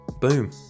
Boom